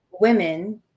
Women